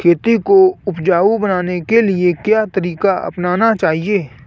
खेती को उपजाऊ बनाने के लिए क्या तरीका अपनाना चाहिए?